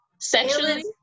sexually